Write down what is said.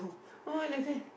oh and like that